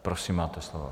Prosím, máte slovo.